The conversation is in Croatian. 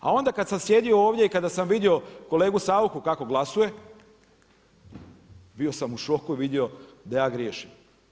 A onda kada sam sjedio ovdje i kada sam vidio kolegu SAuchu kako glasuje, bio sam u šoku i vidio da ja griješim.